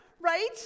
right